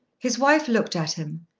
his wife looked at him,